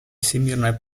всемирной